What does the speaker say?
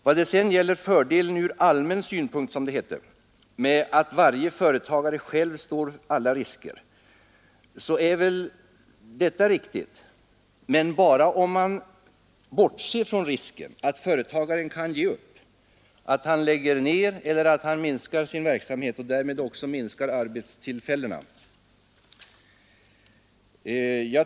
Påståendet att det är en fördel ”från allmän synpunkt” med att varje företagare själv står alla risker kan väl vara riktigt — men bara om man bortser från risken att företagaren ger upp, att han lägger ned eller minskar sin verksamhet och därmed också minskar arbetstillfällena.